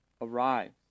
arrives